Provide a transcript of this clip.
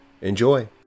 Enjoy